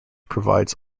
provides